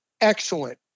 excellent